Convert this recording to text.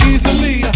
Easily